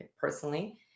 personally